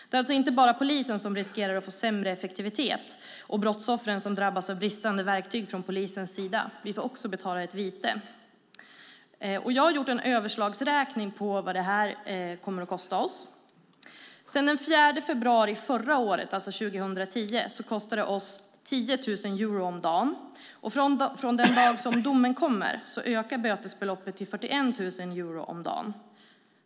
Det är alltså inte bara polisen som riskerar att få sämre effektivitet och brottsoffren som drabbas av bristande verktyg från polisens sida. Vi får också betala ett vite. Jag har gjort en överslagsräkning av vad detta kommer att kosta oss. Sedan den 4 februari förra året, alltså 2010, har det kostat oss 10 000 euro om dagen. Från den dag då domen kommer ökar bötesbeloppet till 41 000 euro om dagen.